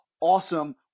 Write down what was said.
awesome